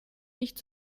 nicht